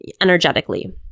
energetically